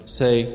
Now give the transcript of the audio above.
say